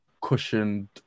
cushioned